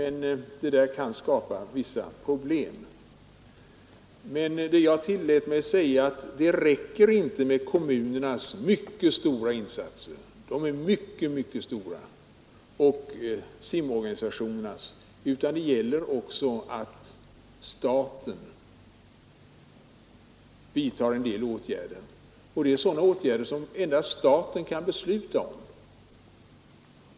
Det kan skapa vissa problem. Jag tillät mig säga att det inte räcker med kommunernas och simorganisationernas mycket stora insatser, utan att staten också måste vidta en del åtgärder. Vissa åtgärder kan endast staten besluta om.